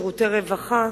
שירותי רווחה.